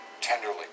Tenderly